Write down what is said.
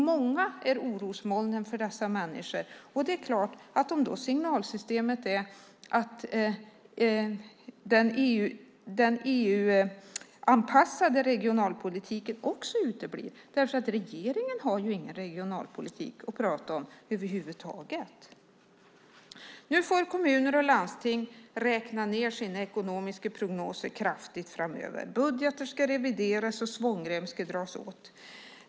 Många är orosmolnen för dessa människor om signalerna är att den EU-anpassade regionalpolitiken också uteblir. Regeringen har ju ingen regionalpolitik att prata om över huvud taget. Kommuner och landsting får räkna ned sina ekonomiska prognoser kraftigt framöver. Budgetar ska revideras och svångremmar ska dras åt.